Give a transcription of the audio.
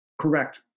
Correct